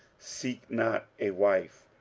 seek not a wife.